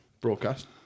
broadcast